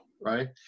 right